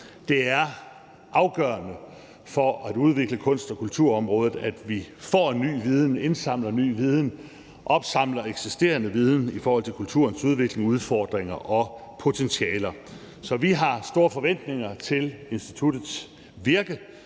Det er afgørende for at udvikle kunst- og kulturområdet, at vi får ny viden, indsamler ny viden og opsamler eksisterende viden i forhold til kulturens udvikling, udfordringer og potentialer. Så vi har store forventninger til instituttets virke